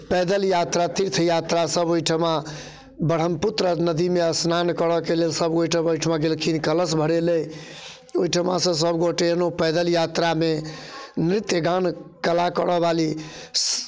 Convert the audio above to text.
पैदल यात्रा तीर्थ यात्रासभ ओहिठिमा ब्रह्मपुत्र नदीमे स्नान करयके लेल सभगोटए ओहिठिमन गेलखिन कलश भरेलै ओहिठमासँ सभ गोटए एन्नऽ पैदल यात्रामे नृत्य गान कला करयवाली